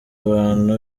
abantu